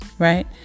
Right